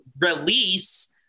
release